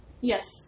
Yes